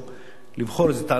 לבחור תאריך באמצע